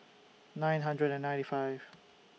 nine hundred and ninety five